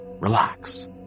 relax